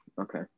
okay